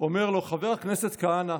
אומר לו: "חבר הכנסת כהנא,